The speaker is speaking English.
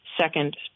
second